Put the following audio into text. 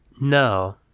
No